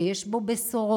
שיש בו בשורות,